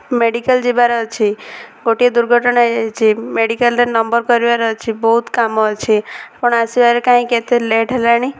medical ଯିବାର ଅଛି ଗୋଟିଏ ଦୁର୍ଘଟଣା ହେଇଯାଇଛି ମେଡ଼ିକାଲ୍ରେ ନମ୍ବର କରିବାର ଅଛି ବହୁତ କାମ ଅଛି ଆପଣ ଆସିବାରେ କାହିଁକି ଏତେ ଲେଟ୍ ହେଲାଣି